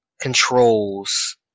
controls